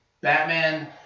Batman